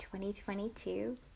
2022